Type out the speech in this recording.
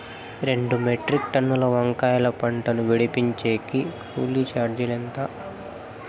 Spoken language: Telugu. రెండు మెట్రిక్ టన్నుల వంకాయల పంట ను విడిపించేకి కూలీ చార్జీలు ఎంత?